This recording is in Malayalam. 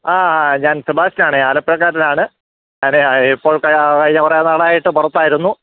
ആ ഞാൻ സെബാസ്റ്റ്യൻ ആണ് ആലപ്പുഴക്കാരൻ ആണ് ഞാൻ ഇപ്പോഴത്തെ കഴിഞ്ഞ കുറെ നാളായിട്ട് പുറത്തായിരുന്നു